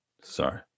Sorry